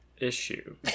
issue